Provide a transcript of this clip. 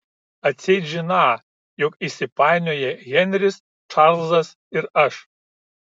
atseit žiną jog įsipainioję henris čarlzas ir aš